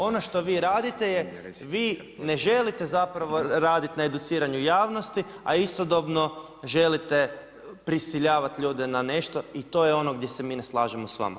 Ono što vi radite je vi ne želite zapravo raditi na educiranju javnosti, a istodobno želite prisiljavati ljude na nešto i to je ono gdje se mi ne slažemo s vama.